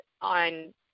on